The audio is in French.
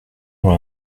dans